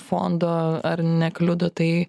fondo ar nekliudo tai